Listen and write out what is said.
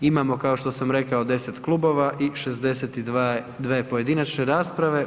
Imamo kao što sam rekao 10 klubova i 62 pojedinačne rasprave.